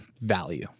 value